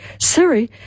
siri